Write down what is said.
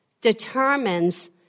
determines